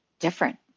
Different